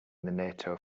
nato